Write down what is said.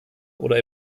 oder